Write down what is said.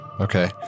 Okay